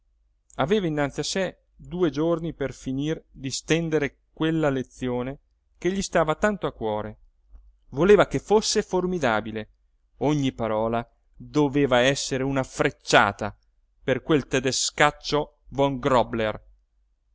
aveva innanzi a sé due giorni per finir di stendere quella lezione che gli stava tanto a cuore voleva che fosse formidabile ogni parola doveva essere una frecciata per quel tedescaccio von grobler